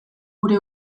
gure